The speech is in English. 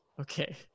okay